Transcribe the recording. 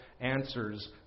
answers